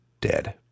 dead